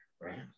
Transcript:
right